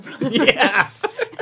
Yes